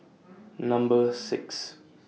Number six